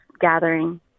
gathering